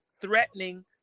threatening